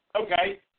Okay